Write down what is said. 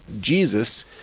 Jesus